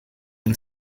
and